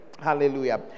Hallelujah